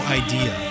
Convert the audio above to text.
idea